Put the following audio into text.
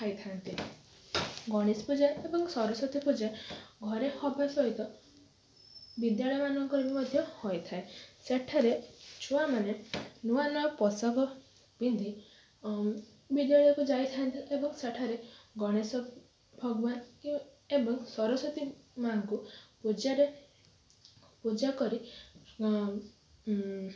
ଖାଇଥାନ୍ତି ଗଣେଶ ପୂଜା ଏବଂ ସରସ୍ଵତୀ ପୂଜା ଘରେ ହେବା ସହିତ ବିଦ୍ୟାଳୟ ମାନଙ୍କରେ ବି ମଧ୍ୟ ହୋଇଥାଏ ସେଠାରେ ଛୁଆ ମାନେ ନୂଆ ନୂଆ ପୋଷାକ ପିନ୍ଧି ବିଦ୍ୟାଳୟକୁ ଯାଇଥାନ୍ତି ଏବଂ ସେଠାରେ ଗଣେଶ ଭଗବାନ କି ଏବଂ ସରସ୍ଵତୀ ମାଆଙ୍କୁ ପୂଜାରେ ପୂଜା କରି